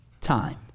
time